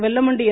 Vellamandi என்